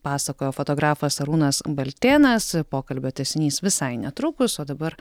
pasakojo fotografas arūnas baltėnas pokalbio tęsinys visai netrukus o dabar